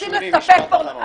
שולי, משפט אחרון.